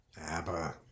ABBA